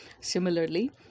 Similarly